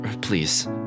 Please